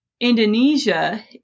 Indonesia